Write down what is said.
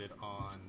on